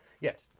Yes